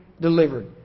delivered